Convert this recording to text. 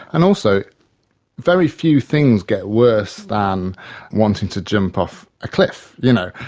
and also very few things get worse than wanting to jump off a cliff, you know.